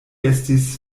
estis